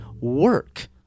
work